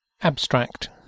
Abstract